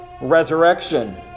resurrection